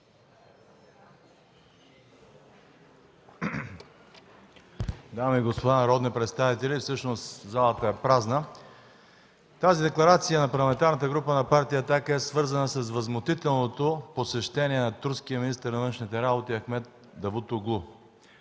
Дами и господа народни представители, всъщност залата е празна, тази декларация на Парламентарната група на Партия „Атака” е свързана с възмутителното посещение на турския министър на външните работи Ахмед Давутоглу.